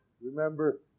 remember